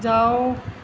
ਜਾਓ